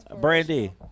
Brandy